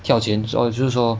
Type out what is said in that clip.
跳前所以就是说